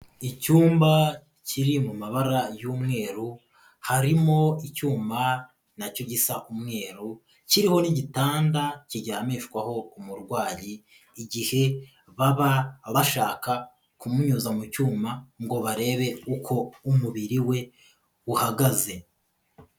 Icyumba kiri mu mabara y'umweru, harimo icyuma na cyo gisa umweru kiriho n'igitanda kiryamishwaho umurwayi igihe baba bashaka kumunyuza mu cyuma ngo barebe uko umubiri we uhagaze.